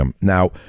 Now